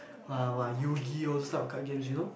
!wah! yu-gi-oh all those type of card games you know